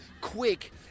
quick